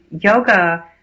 yoga